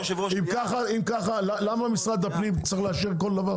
אם ככה למה משרד הפנים צריך לאשר כל דבר?